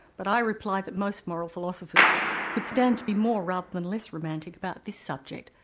but i reply that most moral philosophers could stand to be more rather and less romantic about this subject,